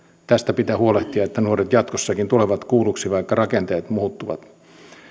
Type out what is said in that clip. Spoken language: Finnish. tästä pitää huolehtia että nuoret jatkossakin tulevat kuulluksi vaikka rakenteet muuttuvat